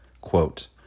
quote